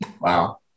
Wow